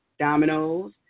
Dominoes